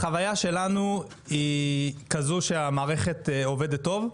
החוויה שלנו היא כזו שהמערכת עובדת טוב,